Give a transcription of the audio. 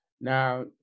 Now